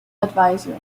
advisor